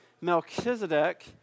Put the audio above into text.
Melchizedek